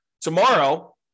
tomorrow